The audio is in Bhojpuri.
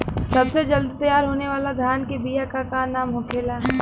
सबसे जल्दी तैयार होने वाला धान के बिया का का नाम होखेला?